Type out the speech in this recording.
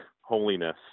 holiness